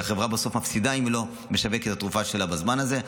כי החברה מפסידה בסוף אם היא לא משווקת את התרופה שלה בזמן הזה.